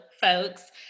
folks